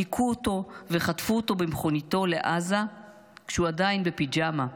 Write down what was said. היכו אותו וחטפו אותו במכוניתו לעזה כשהוא עדיין בפיג'מה.